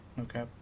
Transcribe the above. Okay